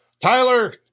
Tyler